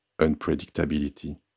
unpredictability